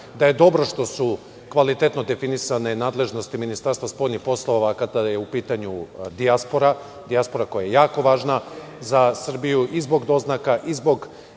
da je dobro što su kvalitetno definisane nadležnosti Ministarstva spoljnih poslova kada je u pitanju dijaspora, koja je jako važna za Srbiju, i zbog doznaka i zbog